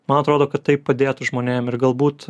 man atrodo kad tai padėtų žmonėm ir galbūt